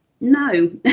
No